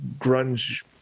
grunge-